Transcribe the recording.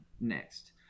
next